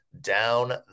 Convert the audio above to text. down